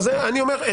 אני אומר,